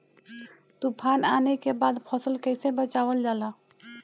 तुफान आने के बाद फसल कैसे बचावल जाला?